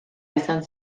izan